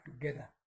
together